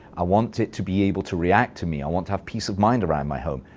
i want it to be able to react to me. i want to have peace of mind around my home.